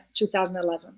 2011